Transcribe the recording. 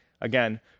again